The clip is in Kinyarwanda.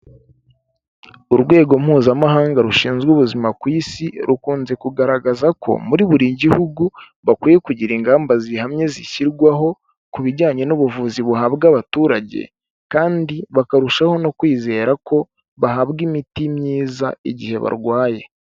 Urwego mpuzamahanga rushinzwe ubuzima ku isi rukunze kugaragaza ko muri buri gihugu bakwiye kugira ingamba zihamye zishyirwaho ku bijyanye n'ubuvuzi buhabwa abaturage, kandi bakarushaho no kwizera ko bahabwa imiti myiza igihe barwaye.